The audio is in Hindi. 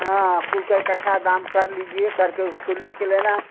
हाँ उका इकट्ठा बाँध कर लीजिये करके उसको लिख लेना